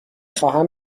خواهم